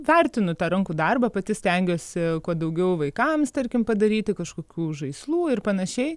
vertinu tą rankų darbą pati stengiuosi kuo daugiau vaikams tarkim padaryti kažkokių žaislų ir panašiai